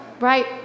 right